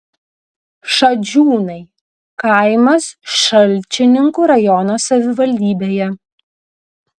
šadžiūnai kaimas šalčininkų rajono savivaldybėje